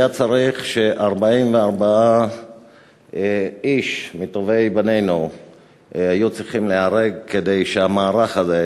ש-44 איש מטובי בנינו היו צריכים להיהרג כדי שהמערך הזה,